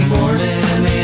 Morning